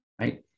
Right